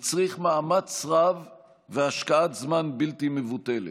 הצריך מאמץ רב והשקעת זמן בלתי מבוטלת.